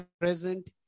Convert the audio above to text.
present